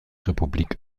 republik